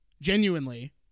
genuinely